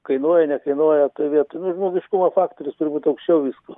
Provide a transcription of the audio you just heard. kainuoja nekainuoja toj vietoj nu žmogiškumo faktorius turbūt aukščiau visko